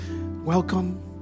Welcome